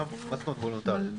מה זאת אומרת וולונטרי?